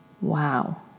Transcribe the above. wow